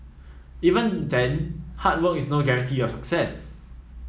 even then hard work is no guarantee of success